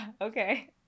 okay